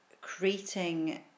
creating